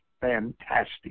fantastic